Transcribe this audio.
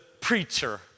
preacher